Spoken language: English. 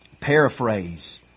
paraphrase